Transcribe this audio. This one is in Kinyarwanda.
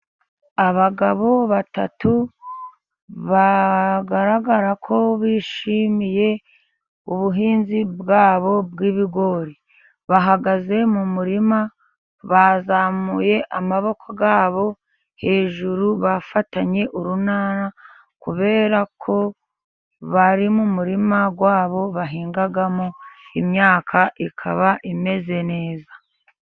Abagabo batatu bagaragara ko bishimiye ubuhinzi bwabo bw'ibigori. Bahagaze mu murima bazamuye amaboko yabo hejuru bafatanye urunana kubera ko bari mu muririma wabo bahingamo, imyaka ikaba imeze neza.